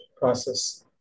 process